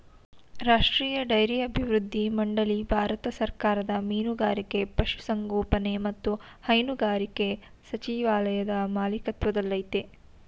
ರಾಷ್ಟ್ರೀಯ ಡೈರಿ ಅಭಿವೃದ್ಧಿ ಮಂಡಳಿ ಭಾರತ ಸರ್ಕಾರದ ಮೀನುಗಾರಿಕೆ ಪಶುಸಂಗೋಪನೆ ಮತ್ತು ಹೈನುಗಾರಿಕೆ ಸಚಿವಾಲಯದ ಮಾಲಿಕತ್ವದಲ್ಲಯ್ತೆ